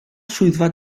swyddfa